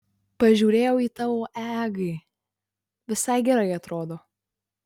pažiūrėjau į tavo eeg visai gerai atrodo